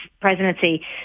presidency